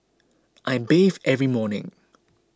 I bathe every morning